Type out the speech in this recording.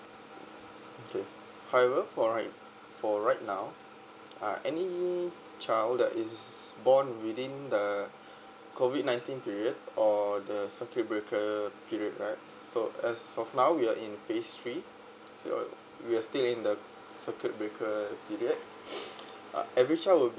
okay however for right for right now uh any child that is born within the COVID nineteen period or the circuit breaker period right so as of now we are in phase three so we're still in the circuit breaker period uh every child will